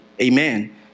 Amen